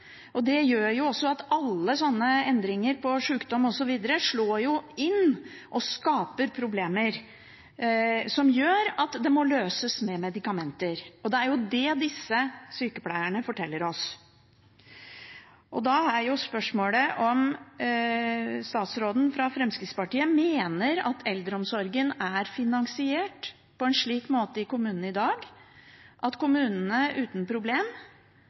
Det gjør også at alle endringer som gjelder sykdom osv., slår inn og skaper problemer som må løses med medikamenter. Det er det disse sykepleierne forteller oss. Da er spørsmålet om statsråden fra Fremskrittspartiet mener at eldreomsorgen er finansiert på en slik måte i kommunene i dag at kommunene uten